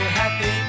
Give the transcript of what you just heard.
happy